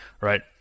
right